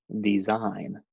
design